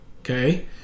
okay